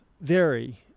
vary